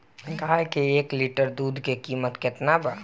गाय के एक लीटर दुध के कीमत केतना बा?